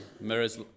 mirrors